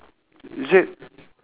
is it